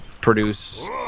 produce